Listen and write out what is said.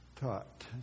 taught